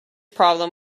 problem